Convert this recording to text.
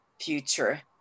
future